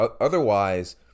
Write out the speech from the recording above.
Otherwise